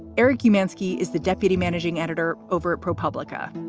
eric hermansky is the deputy managing editor over at propublica